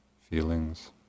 feelings